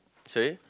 sorry